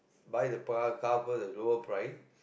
buy the par car first at lower price